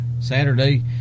Saturday